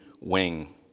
wing